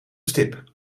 stip